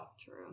True